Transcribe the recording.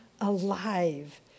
alive